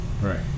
right